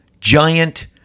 giant